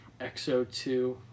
XO2